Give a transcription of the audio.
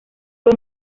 fue